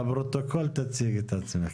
לפרוטוקול תציגי את עצמך.